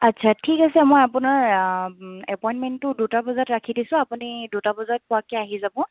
আচ্ছা ঠিক আছে মই আপোনাৰ এপইণ্টমেণ্টটো দুটা বজাত ৰাখি দিছোঁ আপুনি দুটা বজাত পোৱাকে আহি যাব